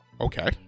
Okay